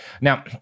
Now